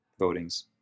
votings